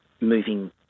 moving